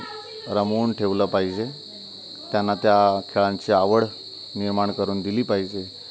रमवून ठेवलं पाहिजे त्यांना त्या खेळांची आवड निर्माण करून दिली पाहिजे